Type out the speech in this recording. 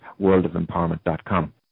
worldofempowerment.com